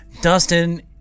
Dustin